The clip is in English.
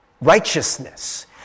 righteousness